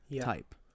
type